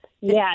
Yes